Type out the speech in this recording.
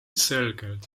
selgelt